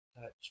touch